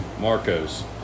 Marcos